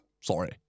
sorry